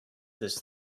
this